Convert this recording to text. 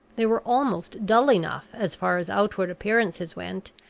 they were almost dull enough, as far as outward appearances went,